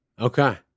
okay